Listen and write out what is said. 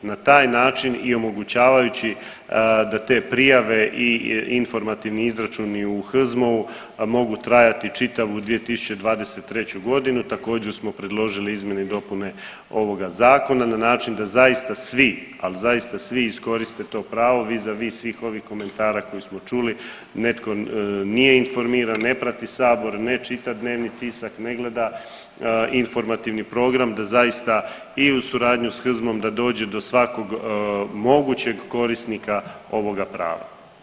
Na taj način i omogućavajući da te prijave i informativni izračuni u HZMO-u mogu trajati čitavu 2023. g., također smo predložili izmjene i dopune ovoga Zakona na način da zaista svi, ali zaista svi iskoriste to pravo vi za vi svih ovih komentara koje smo čuli, netko nije informiran, ne prati Sabor, ne čita dnevni tisak, ne gleda informativni program, da zaista i u suradnji s HZMO-om da dođe do svakog mogućeg korisnika ovoga prava.